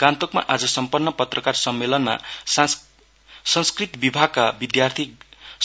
गान्तोकमा आज सम्पन्न पत्रकार सम्मेलनमा संस्कृत विभागका विधार्थी